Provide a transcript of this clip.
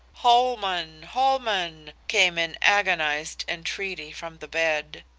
holman! holman came in agonized entreaty from the bed,